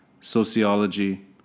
sociology